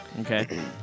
Okay